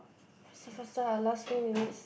faster faster ah last few minutes